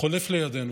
חולף לידנו,